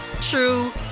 true